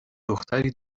دختری